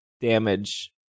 damage